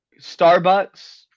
Starbucks